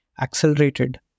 accelerated